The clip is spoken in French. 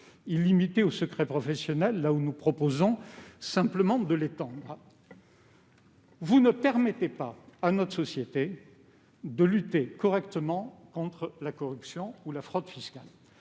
illimitée- quand, je le rappelle, nous proposons simplement de l'étendre -, vous ne permettez pas à notre société de lutter correctement contre la corruption ou la fraude fiscale.